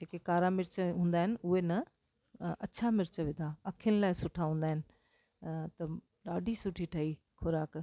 जेके कारा मिर्च हूंदा आहिनि उहे न अछा मिर्च विधा अखियुनि लाइ सुठा हूंदा आहिनि त ॾाढी सुठी ठही खुराकु